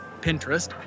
pinterest